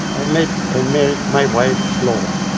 i met and married my wife, flore,